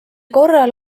korral